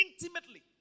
intimately